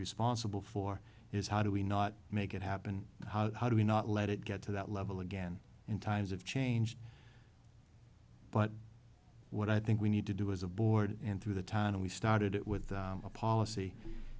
responsible for is how do we not make it happen how do we not let it get to that level again in times of change but what i think we need to do as a board and through the time we started it with a policy